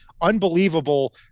unbelievable